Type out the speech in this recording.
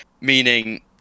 Meaning